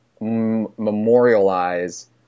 memorialize